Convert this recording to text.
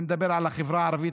אני מדבר על החברה הערבית,